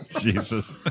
Jesus